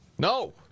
No